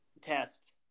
test